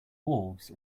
dwarves